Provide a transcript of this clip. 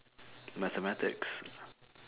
mathematics